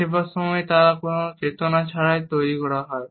বেশিরভাগ সময় তারা কোন চেতনা ছাড়াই তৈরি করা হয়